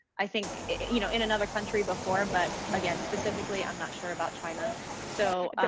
i think, you know, in another country before. but again, specifically, i'm not sure about china. so,